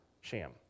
sham